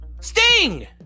Sting